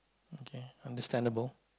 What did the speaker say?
okay understandable